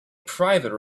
private